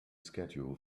schedule